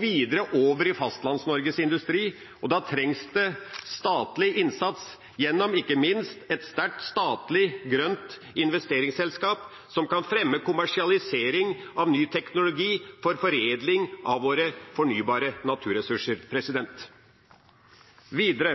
videre over i Fastlands-Norges industri. Da trengs det statlig innsats gjennom ikke minst et sterkt statlig grønt investeringsselskap som kan fremme kommersialisering av ny teknologi for foredling av våre fornybare naturressurser. Videre: